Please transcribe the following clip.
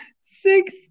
six